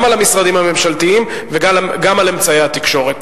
אלא גם על המשרדים הממשלתיים וגם על אמצעי התקשורת.